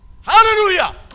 Hallelujah